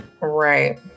Right